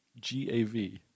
G-A-V